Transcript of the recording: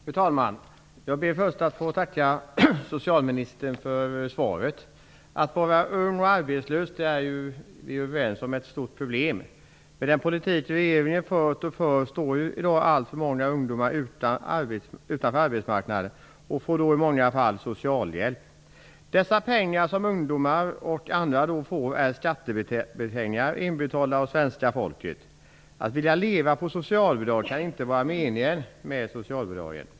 Fru talman! Jag ber först att få tacka socialministern för svaret. Vi är överens om att det är ett stort problem om man är ung och arbetslös. Med den politik regeringen har fört och för står i dag alltför många ungdomar utanför arbetsmarknaden, och de får i vanliga fall socialhjälp. Dessa pengar som ungdomar och andra får är skattepengar inbetalda av svenska folket. Det kan inte vara meningen att man skall vilja leva på socialbidrag.